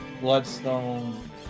Bloodstone